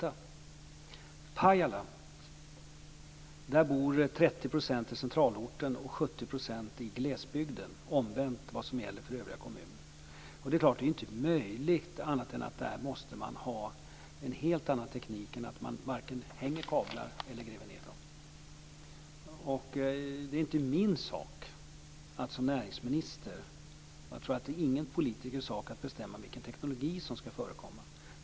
I Pajala bor 30 % i centralorten och 70 % i glesbygden. Det är omvänt mot vad som gäller för övriga kommuner. Där är det klart att det inte är möjligt med något annat än att ha en helt annan teknik där man varken hänger kablar eller gräver ned dem. Det är inte min sak som näringsminister, och jag tror inte att det är någon politikers sak, att bestämma vilken teknologi som ska förekomma.